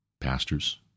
pastors